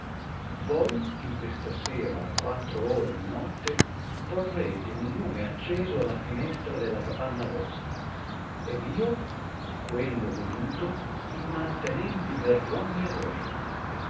voi in questa sera a quattro ore di notte porrete un lume acceso alla finestra della capanna vostra ed io quello veduto immantenenti verrommi a voi